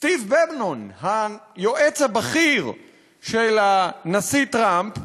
סטיב בנון, היועץ הבכיר של הנשיא טראמפ,